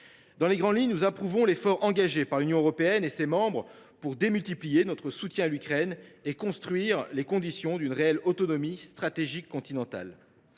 Dans les grandes lignes, nous approuvons l’effort engagé par l’Union européenne et ses membres pour démultiplier notre soutien à l’Ukraine et construire les conditions d’une réelle autonomie stratégique continentale.